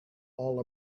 all